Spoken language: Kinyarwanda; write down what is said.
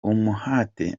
umuhate